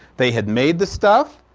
they had made the stuff.